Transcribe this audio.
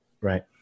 Right